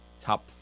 top